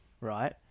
right